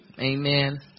Amen